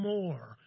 More